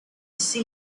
see